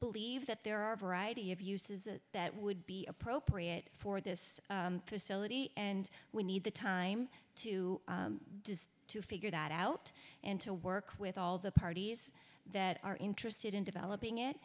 believe that there are a variety of uses that would be appropriate for this facility and we need the time to does to figure that out and to work with all the parties that are interested in developing it